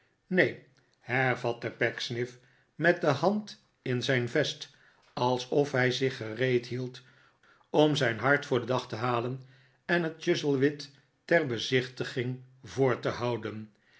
neen hervatte pecksniff met de hand in zijn vest alsof hij zich gereed hield om zijn hart voor den dag te halen en het chuzzlewit ter bezichtiglqg voor te houden